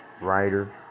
Writer